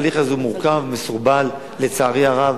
ההליך הזה מורכב, מסורבל, לצערי הרב.